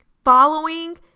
following